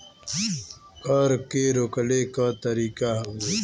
कर के रोकले क तरीका हउवे